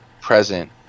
present